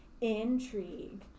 intrigue